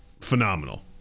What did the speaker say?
phenomenal